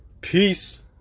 Peace